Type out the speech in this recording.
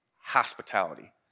hospitality